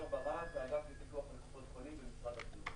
אני מהאגף לפיקוח ובקרה על קופות החולים במשרד הבריאות.